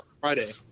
Friday